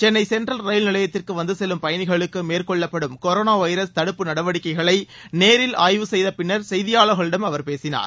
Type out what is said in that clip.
Chennai central ரயில் நிலையத்திற்கு வந்து செல்லும் பயணிகளுக்கு மேற்கொள்ளப்படும் கொரோனா வைரஸ் தடுப்பு நடவடிக்கைகளை நேரில் ஆய்வு செய்த பின்னர் செய்தியாளர்களிடம் அவர் பேசினார்